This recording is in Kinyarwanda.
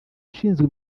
ishinzwe